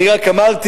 אני רק אמרתי,